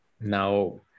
now